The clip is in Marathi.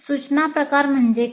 सूचना प्रकार म्हणजे काय